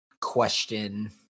question